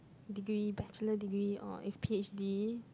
degree Bachelor degree or if P_H_D